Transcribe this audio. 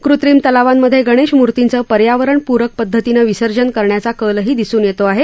कृत्रिम तलावांमध्ये गणेश मूर्तीचं पर्यावरणपूरक पद्धतीनं विसर्जन करण्याचा कलही दिसून येतो आहे